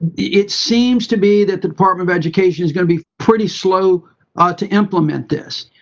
it seems to be that the department of education is gonna be pretty slow to implement this.